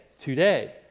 Today